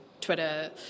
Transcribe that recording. Twitter